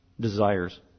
desires